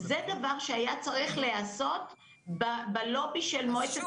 זה דבר שהיה צריך להיעשות בלובי של מועצת